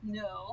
no